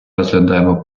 розглядаємо